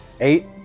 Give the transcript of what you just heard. Eight